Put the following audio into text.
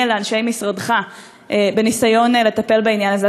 לאנשי משרדך בניסיון לטפל בעניין הזה.